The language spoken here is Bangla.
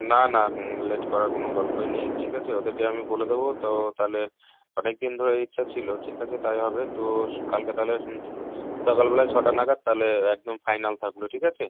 না না লেট করার কোনো গল্পই নেই ঠিক আচে ওদেরকে আমি বলে দেবো তো তাহলে অনেক দিন ধরে ইচ্ছা ছিলো ঠিক আছে তাই হবে তো কালকে তাহলে সকালবেলা ছটা নাগাদ তালে একদম ফাইনাল থাকলো ঠিক আছে